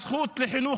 הזכות לחינוך,